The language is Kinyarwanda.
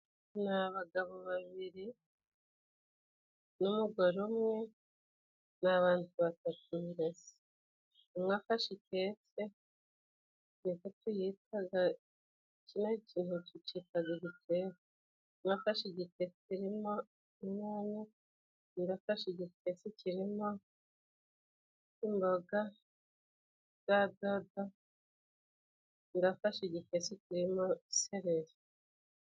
Ni abagabo babiri n'umugore umwe, ni abantu batatu mbese. Umwe afashe ikese ni ko tuyitaga, kino kintu tucikaga igikesi. Umwe afashe igikesi kirimo inyanya, undi afashe igikesi kirimo imboga za dodo, undi afashe igikesi kirimo sereri.